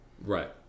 right